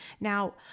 Now